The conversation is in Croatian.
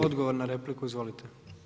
Odgovor na repliku, izvolite.